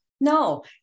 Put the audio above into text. No